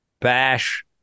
bash